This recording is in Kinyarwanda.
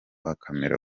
akemera